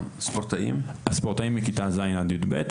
הספורטאים הם מכיתה ז' עד כיתה י"ב,